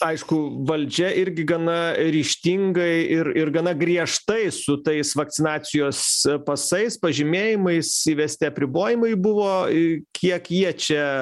aišku valdžia irgi gana ryžtingai ir ir gana griežtai su tais vakcinacijos pasais pažymėjimais įvesti apribojimai buvo į kiek jie čia